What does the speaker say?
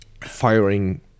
firing